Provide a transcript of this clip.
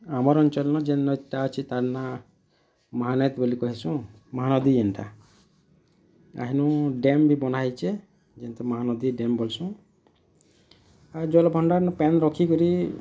ଆମର୍ ଅଞ୍ଚଲ୍ ନ ଯେନ୍ ଏଇଟା ଅଛି ତାର୍ ନ ମହାନେତ ବୋଲି କହେଁସୁଁ ମହାନଦୀ ଯେନ୍ତା ଆଉ ହେନୁ ଡ୍ୟାମ୍ ବି ବନା ହେଇଛେ ଯେମିତି ମହାନଦୀ ଡ୍ୟାମ୍ ବୋଲସୁଁ ଆଉ ଜଲ୍ ଭଣ୍ଡା ନୁ ପାନ୍ ରଖିକିରି